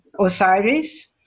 Osiris